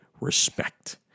respect